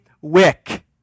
wick